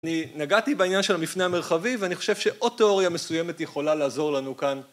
אני נגעתי בעניין של המפנה המרחבי ואני חושב שעוד תיאוריה מסוימת יכולה לעזור לנו כאן.